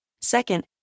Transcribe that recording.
Second